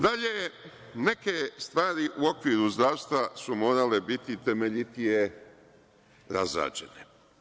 Dalje, neke stvari u okviru zdravstva su morale biti temeljitije razrađene.